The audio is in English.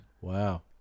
Wow